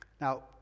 Now